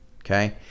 okay